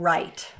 Right